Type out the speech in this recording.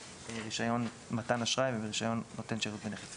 מרישיון מתן אשראי ומרישיון נותן שירות בנכס פיננסי.